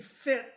fit